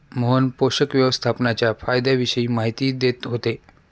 मोहन पोषक व्यवस्थापनाच्या फायद्यांविषयी माहिती देत होते